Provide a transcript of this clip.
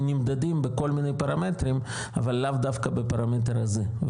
נמדדים בכל מיני פרמטרים אבל לאו דווקא בפרמטר הזה.